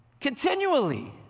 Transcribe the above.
continually